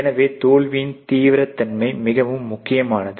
எனவே தோல்வியின் தீவிரத்தன்மை மிகவும் முக்கியமானது